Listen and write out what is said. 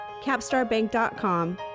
capstarbank.com